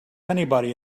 anybody